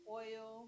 oil